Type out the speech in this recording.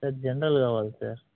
sir general కావాలి sir